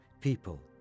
people